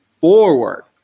forward